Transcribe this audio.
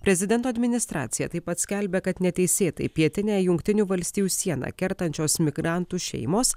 prezidento administracija taip pat skelbia kad neteisėtai pietinę jungtinių valstijų sieną kertančios migrantų šeimos